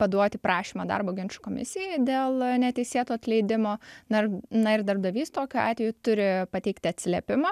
paduoti prašymą darbo ginčų komisijai dėl neteisėto atleidimo na na ir darbdavys tokiu atveju turi pateikti atsiliepimą